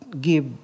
give